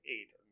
eight